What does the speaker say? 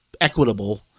equitable